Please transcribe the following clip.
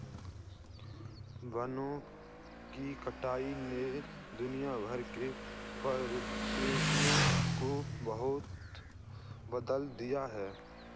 वनों की कटाई ने दुनिया भर के परिदृश्य को बहुत बदल दिया है